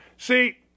See